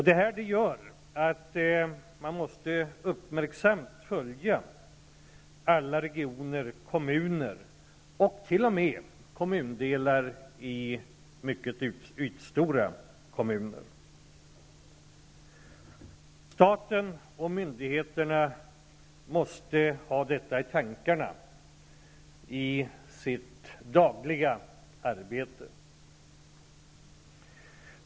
Det här gör att man måste uppmärksamt följa alla regioner, kommuner och t.o.m. kommundelar i mycket ytstora kommuner. Staten och myndigheterna måste ha detta i tankarna i sitt dagliga arbete.